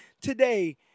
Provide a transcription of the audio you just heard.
today